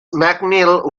mcneill